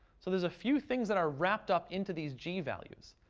so there's a few things that are wrapped up into these g-values.